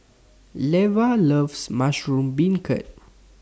Leva loves Mushroom Beancurd